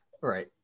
Right